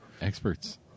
experts